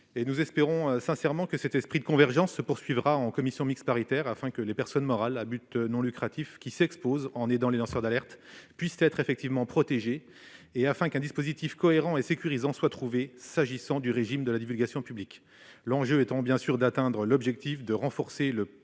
Nous espérons sincèrement que cet esprit de convergence persistera en commission mixte paritaire, afin que les personnes morales à but non lucratif qui s'exposent en aidant les lanceurs d'alerte puissent être effectivement protégées ou qu'un dispositif cohérent et sécurisant soit trouvé en matière de divulgation publique. L'enjeu est bien sûr d'atteindre l'objectif de renforcer la